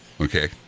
Okay